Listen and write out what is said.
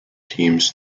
teams